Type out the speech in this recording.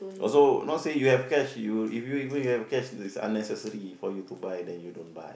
also not say you have cash you if you if you have cash if it is unnecessary for you to buy then you don't buy